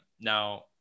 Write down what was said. Now